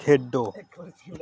खेढो